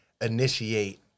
initiate